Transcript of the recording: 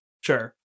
Sure